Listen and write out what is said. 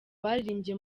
baririmbye